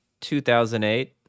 2008